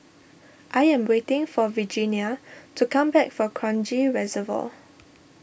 I am waiting for Regenia to come back from Kranji Reservoir